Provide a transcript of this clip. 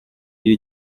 iyo